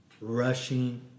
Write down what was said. rushing